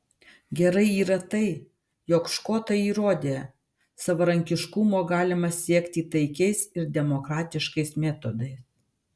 gerai yra tai jog škotai įrodė savarankiškumo galima siekti taikiais ir demokratiškais metodais